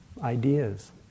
ideas